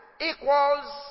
equals